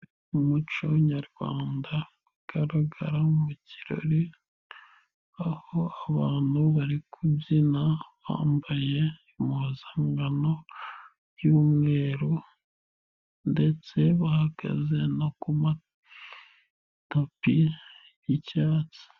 Umuco nyarwanda ugaragara mu kirori aho abantu bari kubyina bambaye impuzangano y'umweru ndetse bahagaze no ku matapi y'icyatsi.